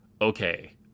okay